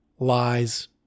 lies